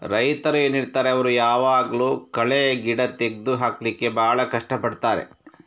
ರೈತರು ಏನಿರ್ತಾರೆ ಅವ್ರು ಯಾವಾಗ್ಲೂ ಕಳೆ ಗಿಡ ತೆಗ್ದು ಹಾಕ್ಲಿಕ್ಕೆ ಭಾಳ ಕಷ್ಟ ಪಡ್ತಾರೆ